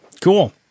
cool